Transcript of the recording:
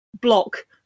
block